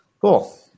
Cool